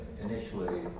Initially